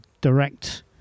direct